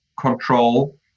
control